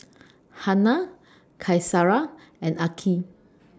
Hana Qaisara and Aqil